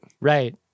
Right